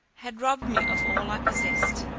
had robbed me of all i possessed.